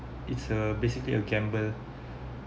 it's a basically a gamble